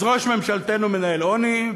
אז ראש ממשלתנו מנהל עוני,